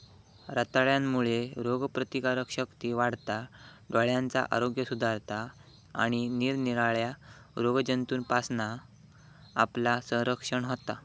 रताळ्यांमुळे रोगप्रतिकारशक्ती वाढता, डोळ्यांचा आरोग्य सुधारता आणि निरनिराळ्या रोगजंतूंपासना आपला संरक्षण होता